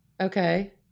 Okay